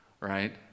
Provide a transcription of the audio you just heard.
right